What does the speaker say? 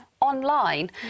online